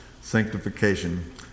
Sanctification